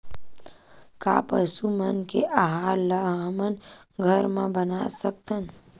का पशु मन के आहार ला हमन घर मा बना सकथन?